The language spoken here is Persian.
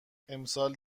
امسال